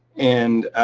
and